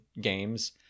games